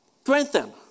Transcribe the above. Strengthen